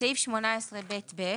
בסעיף 18ב(ב),